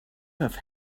have